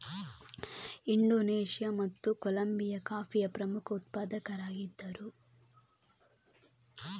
Indonesia ಮತ್ತು Colombia ಕಾಫಿಯ ಪ್ರಮುಖ ಉತ್ಪಾದಕರಾಗಿದ್ದರು